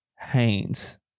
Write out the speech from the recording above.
Haynes